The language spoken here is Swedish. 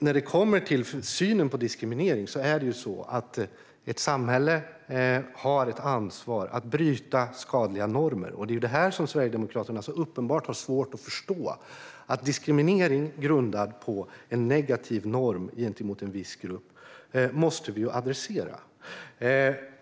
När det handlar om synen på diskriminering har ett samhälle ett ansvar ett bryta skadliga normer. Det är det som Sverigedemokraterna har så uppenbart svårt att förstå, det vill säga att diskriminering grundad på en negativ norm gentemot en viss grupp måste adresseras.